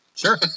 Sure